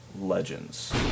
legends